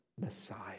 Messiah